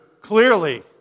clearly